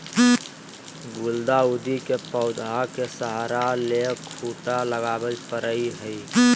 गुलदाऊदी के पौधा के सहारा ले खूंटा लगावे परई हई